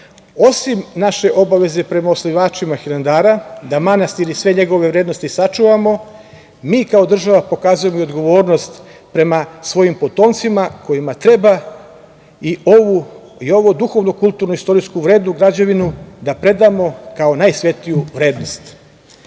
naše obaveze prema osnivačima Hilandara, da manastir i sve njegove vrednosti sačuvamo, mi kao država pokazujemo i odgovornost prema svojim potomcima, kojima treba i ovu duhovno-kulturnu i istorijsku vrednu građevinu da predamo kao najsvetiju vrednost. Danas